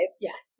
Yes